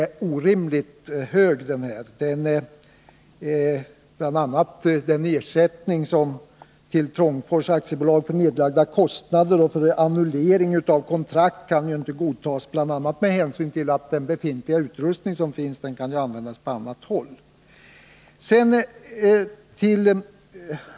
Kostnaderna är orimligt höga. Ersättningen till Trångfors AB för nedlagda kostnader och annullering av kontrakt kan t.ex. inte godtas, med hänsyn till att den befintliga utrustningen kan användas på annat håll.